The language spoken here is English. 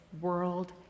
world